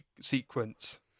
sequence